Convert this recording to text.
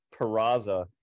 Peraza